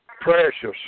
Precious